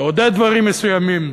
לעודד דברים מסוימים,